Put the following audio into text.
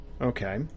okay